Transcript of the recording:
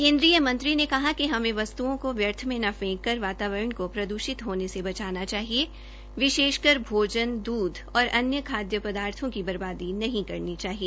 केन्द्रीय मंत्री ने कहा कि हमें वस्तुओं को व्यर्थ में न फेंककर वातावरण को प्रदूषित होने से बचाना चाहिए विशेषकर भोजन दूध और अन्य खाद्य पदार्थो की बर्बादी नहीं करनी चाहिए